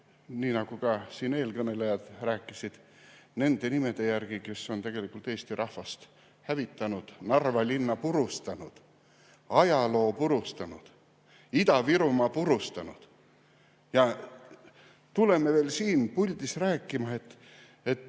nii nagu ka eelkõnelejad rääkisid, nende [inimeste auks], kes on tegelikult Eesti rahvast hävitanud, Narva linna purustanud, ajaloo purustanud, Ida-Virumaa purustanud. Ja me tuleme veel siin puldis rääkima, et